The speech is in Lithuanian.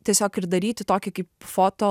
tiesiog ir daryti tokį kaip foto